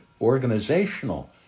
organizational